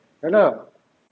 !alah!